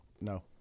no